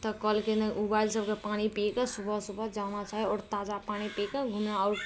तऽ कलके नहि उबालि सभके पानि पीकऽ सुबह सुबह जाना चाही आओर ताजा पानि पीकऽ घुमना आओर